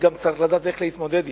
וצריך לדעת גם איך להתמודד אתם.